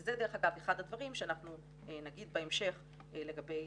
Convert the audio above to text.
וזה דרך אגב אחד הדברים שאנחנו נגיד בהמשך לגבי